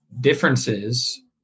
differences